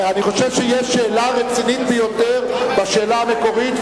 אני חושב שיש שאלה רצינית ביותר בשאלה המקורית,